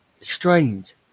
Strange